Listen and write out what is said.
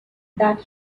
that